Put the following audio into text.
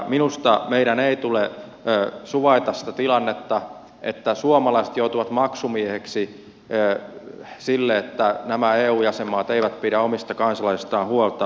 minusta meidän ei tule suvaita sitä tilannetta että suomalaiset joutuvat maksumiehiksi sille että nämä eu jäsenmaat eivät pidä omista kansalaisistaan huolta